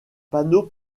panneau